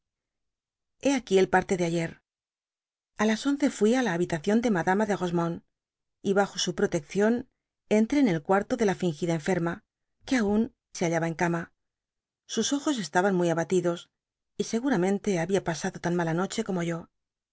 uá aquí el parte de ayer a las once fui á la habitación de madama de rosemonde y bajo su protección entré en el cuarto de la hngida enjferma que aun se hallaba dby google en cama sus ojos estaban muy abatidos y tegu ramente había pasado tan mala noche como yo